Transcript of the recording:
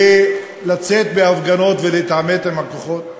לצאת בהפגנות ולהתעמת עם הכוחות?